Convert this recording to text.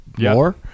more